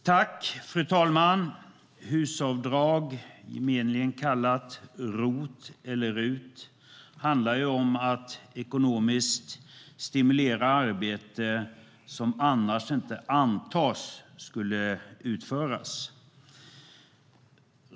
Fru talman! HUS-avdrag, gemenligen kallat ROT eller RUT, handlar om att ekonomiskt stimulera arbete som annars inte antas skulle utföras.